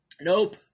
Nope